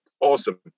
Awesome